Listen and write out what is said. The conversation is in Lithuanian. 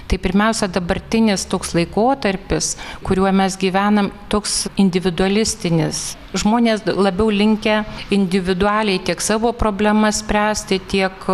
tai pirmiausia dabartinis toks laikotarpis kuriuo mes gyvename toks individualistinis žmonės labiau linkę individualiai tiek savo problemas spręsti tiek